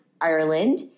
Ireland